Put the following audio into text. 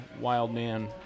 Wildman